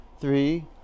three